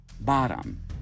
bottom